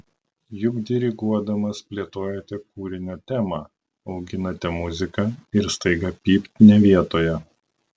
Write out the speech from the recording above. juk diriguodamas plėtojate kūrinio temą auginate muziką ir staiga pypt ne vietoje